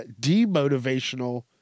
demotivational